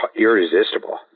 irresistible